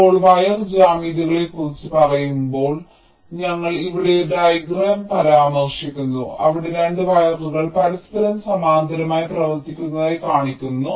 ഇപ്പോൾ വയർ ജ്യാമിതികളെക്കുറിച്ച് പറയുമ്പോൾ ഞങ്ങൾ ഇവിടെ ഡയഗ്രം പരാമർശിക്കുന്നു അവിടെ 2 വയറുകൾ പരസ്പരം സമാന്തരമായി പ്രവർത്തിക്കുന്നതായി കാണിക്കുന്നു